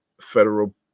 federal